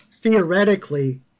theoretically